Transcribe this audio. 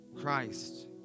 Christ